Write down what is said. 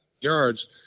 yards